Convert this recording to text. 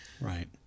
right